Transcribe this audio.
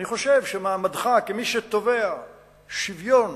אני חושב שמעמדך, כמי שתובע שוויון,